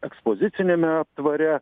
ekspoziciniame aptvare